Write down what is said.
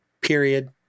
period